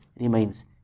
remains